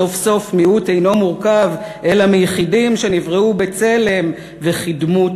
סוף-סוף מיעוט אינו מורכב אלא מיחידים שנבראו 'בצלם וכדמות